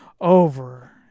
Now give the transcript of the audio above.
over